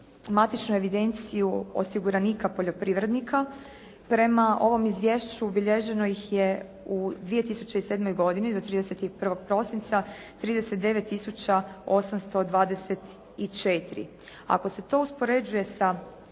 matičnu evidenciju osiguranika poljoprivrednika. Prema ovom izvješću ubilježeno ih je u 2007. godini do 31. prosinca 39 824. Ako se to uspoređuje sa